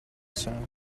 sound